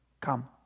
Come